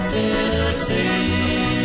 Tennessee